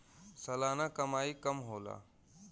सलाना कमाई कम होला